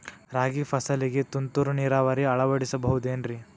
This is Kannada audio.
ರಾಗಿ ಫಸಲಿಗೆ ತುಂತುರು ನೇರಾವರಿ ಅಳವಡಿಸಬಹುದೇನ್ರಿ?